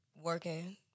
working